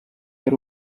yari